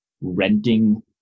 renting